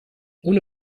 ohne